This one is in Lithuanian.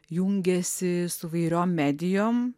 jungiasi su įvairiom medijom